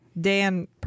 Dan